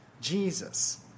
Jesus